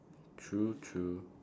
true true